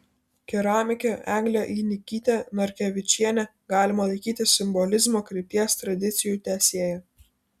keramikę eglę einikytę narkevičienę galima laikyti simbolizmo krypties tradicijų tęsėja